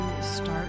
start